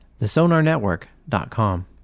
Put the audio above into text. thesonarnetwork.com